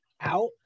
out